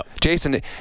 Jason